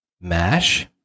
Mash